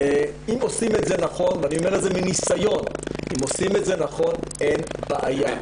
אם עושים את זה נכון ואני אומר את זה מניסיון אין בעיה.